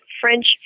French